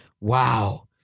wow